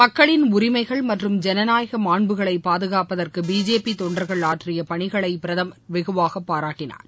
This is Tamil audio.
மக்களின் உரிமைகள் மற்றும் ஜனநாயக மாண்புகளை பாதுகாப்பதற்கு பிஜேபி தொண்டர்கள் ஆற்றிய பணிகளை பிரதமர் வெகுவாக பாராட்டினார்